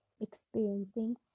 experiencing